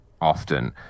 often